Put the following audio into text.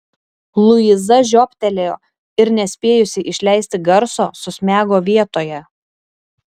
luiza žiobtelėjo ir nespėjusi išleisti garso susmego vietoje